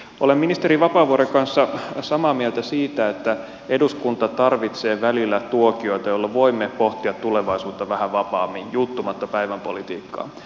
olen ministeri vapaavuoren kanssa samaa mieltä siitä että eduskunta tarvitsee välillä tuokioita jolloin voimme pohtia tulevaisuutta vähän vapaammin juuttumatta päivänpolitiikkaan